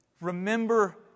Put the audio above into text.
remember